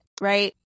right